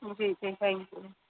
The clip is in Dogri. जी जी थैंकयू